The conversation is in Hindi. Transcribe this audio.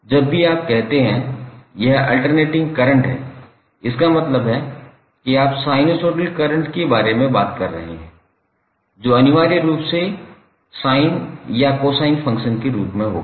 जब भी आप कहते हैं कि यह अल्टेरनेटिंग करंट है इसका मतलब है कि आप साइनसोइडल करंट के बारे में बात कर रहे हैं जो अनिवार्य रूप से साइन या कोसाइन फ़ंक्शन के रूप में होगा